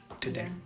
today